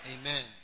amen